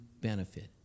benefit